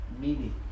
meaning